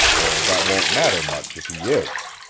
or that won't matter much if he is.